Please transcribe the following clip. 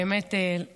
באמת, ולכם,